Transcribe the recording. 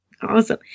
Awesome